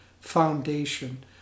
foundation